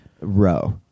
row